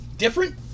different